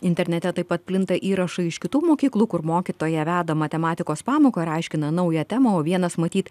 internete taip pat plinta įrašai iš kitų mokyklų kur mokytoja veda matematikos pamoką ir aiškina naują temą o vienas matyt